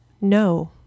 no